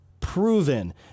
proven